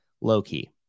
low-key